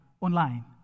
online